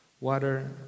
water